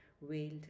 wailed